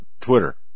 Twitter